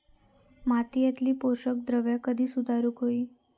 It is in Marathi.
मातीयेतली पोषकद्रव्या कशी सुधारुक होई?